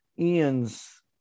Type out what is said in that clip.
Ian's